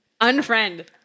unfriend